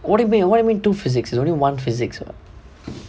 wait what do you mean two physics there is only one physics [what]